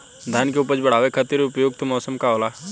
धान के उपज बढ़ावे खातिर उपयुक्त मौसम का होला?